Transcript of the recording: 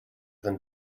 than